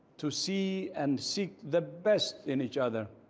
to see and seek the best in each other,